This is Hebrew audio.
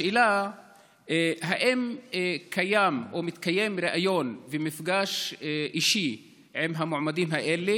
השאלה היא אם מקיימים ריאיון ומפגש אישי עם המועמדים האלה